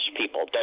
people